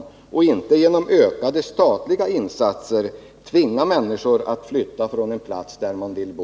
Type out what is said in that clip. Det skall inte ske genom att man med statliga insatser tvingar människor att flytta från den plats där de vill bo.